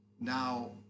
Now